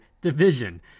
Division